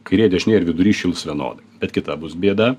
kairė dešinė ir vidurys šils vienodai bet kita bus bėda